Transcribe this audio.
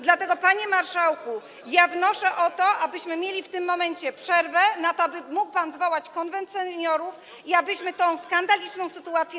Dlatego, panie marszałku, ja wnoszę o to, abyśmy mieli w tym momencie przerwę na to, aby mógł pan zwołać Konwent Seniorów i abyśmy sprawę tej skandalicznej sytuacji.